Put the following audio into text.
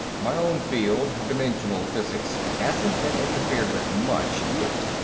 my own field dimensional physics hasn't been interfered with much, yet.